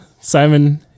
Simon